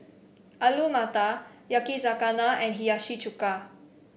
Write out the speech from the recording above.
Alu Matar Yakizakana and Hiyashi Chuka